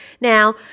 Now